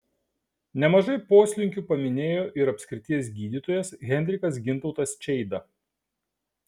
nemažai poslinkių paminėjo ir apskrities gydytojas henrikas gintautas čeida